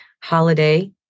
holiday